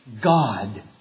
God